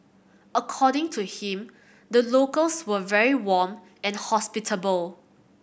according to him the locals were very warm and hospitable